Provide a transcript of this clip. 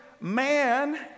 man